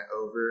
over